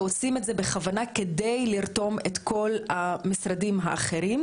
ועושים את זה בכוונה כדי לרתום את כל המשרדים האחרים,